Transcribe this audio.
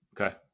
Okay